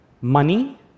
money